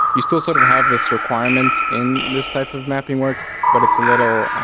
you still sort of have this requirement in this type of mapping work but it's a little.